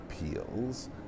appeals